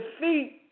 defeat